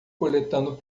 coletando